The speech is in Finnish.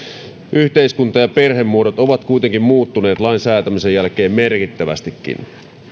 yhteiskunta ja perhemuodot ovat kuitenkin muuttuneet lain säätämisen jälkeen merkittävästikin